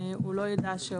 והוא לא ידע.